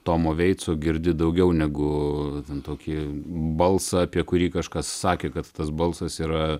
tomo veitso girdi daugiau negu ten tokį balsą apie kurį kažkas sakė kad tas balsas yra